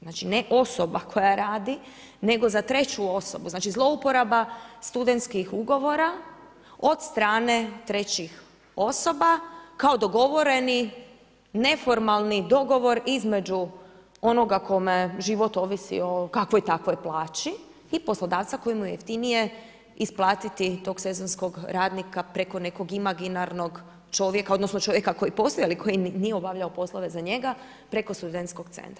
Znači ne osoba koja radi, nego za treću osobu, znači zlouporaba studentskih ugovora, od strane trećih osoba kao dogovoreni neformalni dogovor između onoga kome život ovisi o kakvoj takvoj plaći i poslodavci kojem je jeftinije isplatiti tog sezonskog radnika preko nekog imaginarnog čovjeka odnosno čovjeka koji postoji ali koji nije obavljao posao za njega, preko SC-a.